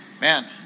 Man